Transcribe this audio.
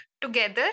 together